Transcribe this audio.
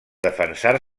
defensar